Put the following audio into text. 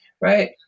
right